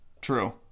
true